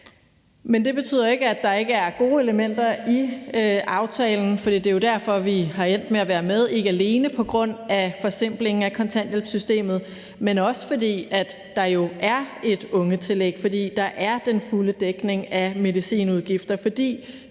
Men det betyder ikke, at der ikke er gode elementer i aftalen, for det er jo derfor, vi er endt med at være med, ikke alene på grund af forsimplingen af kontanthjælpssystemet, men også fordi der jo er et ungetillæg, fordi der er den fulde dækning af medicinudgifter,